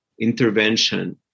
intervention